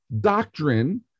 doctrine